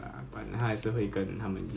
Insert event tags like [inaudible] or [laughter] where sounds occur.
[laughs] help lah